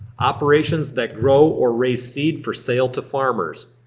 operations that grow or raise seed for sale to farmers.